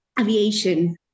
aviation